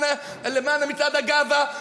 למען מצעד הגאווה,